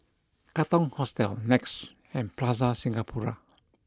Katong Hostel Nex and Plaza Singapura